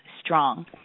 strong